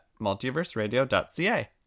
multiverseradio.ca